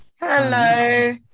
Hello